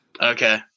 Okay